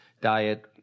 diet